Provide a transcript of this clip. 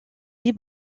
les